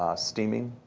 ah steaming,